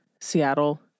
Seattle